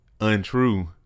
untrue